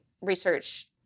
research